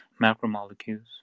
macromolecules